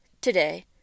today